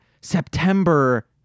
September